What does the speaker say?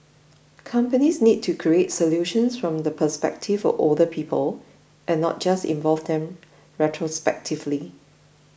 companies need to create solutions from the perspective of older people and not just involve them retrospectively